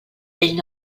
ell